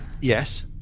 Yes